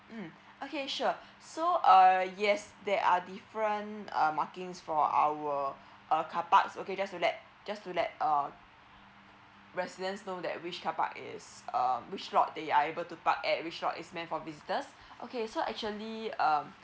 mm okay sure so uh yes there are different uh markings for our uh car parks okay just to let just to let uh residents know that which carpark is uh which lot they are able to park at which lot is meant for visitors okay so actually um